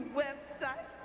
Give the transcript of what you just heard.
website